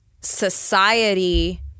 society